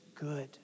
good